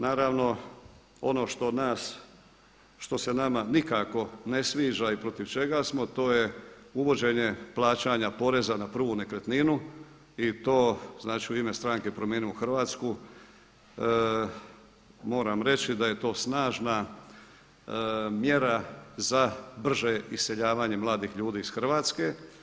Naravno ono što nas što se nama nikako ne sviđa i protiv čega smo to je uvođenje plaćanja poreza na prvu nekretninu i to znači u ime stranke „Promijenimo Hrvatsku“ moram reći da je to snažna mjera za brže iseljavanje mladih ljudi iz Hrvatske.